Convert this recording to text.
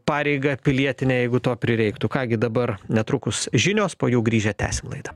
pareigą pilietinę jeigu to prireiktų ką gi dabar netrukus žinios po jų grįžę tęsim laidą